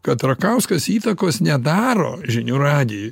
kad rakauskas įtakos nedaro žinių radijui